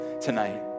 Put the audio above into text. tonight